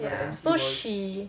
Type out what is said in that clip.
ya so she